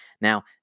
Now